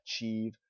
achieve